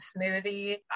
smoothie